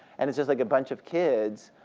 and it's just like a bunch of kids,